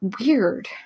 weird